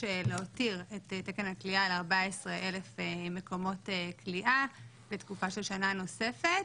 להותיר את תקן הכליאה על 14,000 מקומות כליאה לתקופה של שנה נוספת,